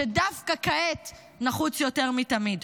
שדווקא כעת נחוץ יותר מתמיד.